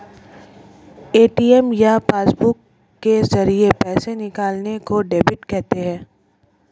ATM या passbook के जरिये पैसे निकालने को डेबिट कहते हैं